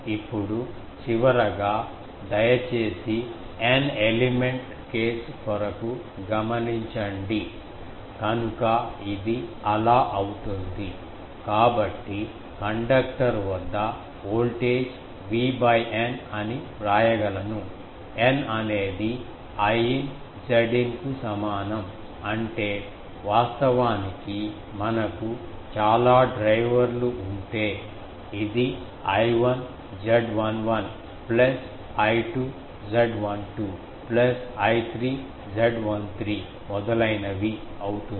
ఇప్పుడు చివరగా దయచేసి n ఎలిమెంట్ కేసు కొరకు గమనించండి కనుక ఇది అలా అవుతుంది కాబట్టి కండక్టర్ వద్ద వోల్టేజ్ V N అని వ్రాయగలము N అనేది Iin Zin కు సమానం అంటే వాస్తవానికి మనకు చాలా డ్రైవర్లు ఉంటే ఇది I1 Z11 plus I2 Z12 plus I3 Z13 మొదలైనవి అవుతుంది